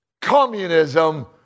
Communism